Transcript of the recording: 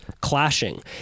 clashing